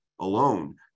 alone